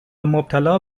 مبتلا